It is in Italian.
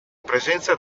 presenza